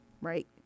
right